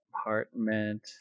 apartment